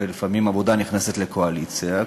ולפעמים העבודה נכנסת לקואליציה,